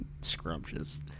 scrumptious